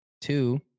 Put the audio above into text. Two